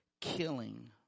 killing